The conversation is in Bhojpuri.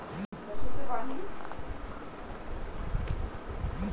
अपच के का लक्षण होला?